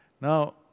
Now